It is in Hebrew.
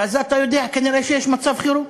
ואז אתה יודע, כנראה יש מצב חירום.